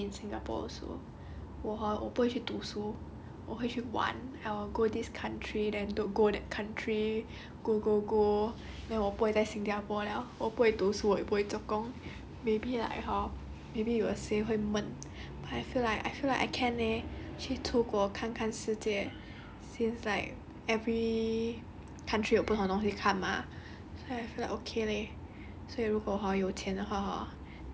I know right if my parents 有钱 right you won't see me in singapore also 我 hor 我不会去读书我会去 I will go this country then to go that country go go go then 我不会在新加坡 liao 我不会读书我也不会做工 maybe like hor maybe 有些会闷 I feel like I feel like I can leh 去出国看看世界 seems like every country 有不同东西看 mah